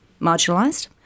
marginalised